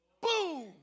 Boom